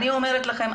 אני אומרת לכם,